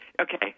okay